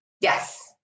Yes